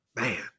Man